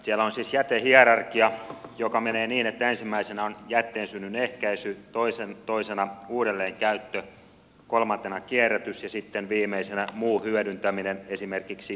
siellä on siis jätehierarkia joka menee niin että ensimmäisenä on jätteen synnyn ehkäisy toisena uudelleenkäyttö kolmantena kierrätys ja sitten viimeisenä muu hyödyntäminen esimerkiksi energiana